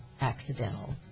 accidental